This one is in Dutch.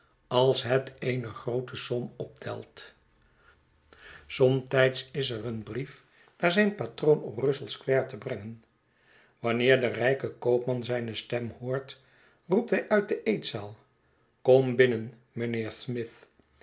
als het eene groote som optelt somtijds is er een briefnaar zijn patroon op russell square tebrengen wanneer de rijke koopman zijne stem hoort roept hij uit de eetzaal kom binnen mijnheer smith